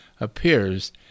appears